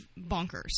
bonkers